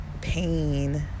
pain